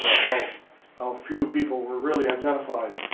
how ah few people were really identified,